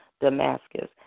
Damascus